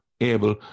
able